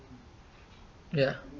ya